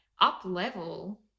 up-level